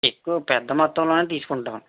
ఎక్కువ పెద్ద మొత్తంలోనే తీసుకుంటాం